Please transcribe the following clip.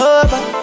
over